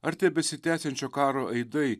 ar tebesitęsiančio karo aidai